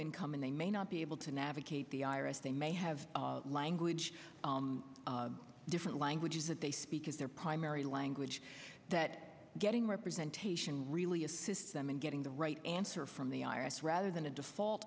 income and they may not be able to navigate the iris they may have language different languages that they speak as their primary language that getting representation really assists them in getting the right answer from the i r s rather than a default